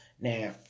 Now